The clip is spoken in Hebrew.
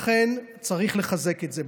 לכן צריך לחזק את זה.